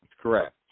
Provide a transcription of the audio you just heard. correct